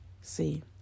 See